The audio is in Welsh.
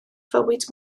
fywyd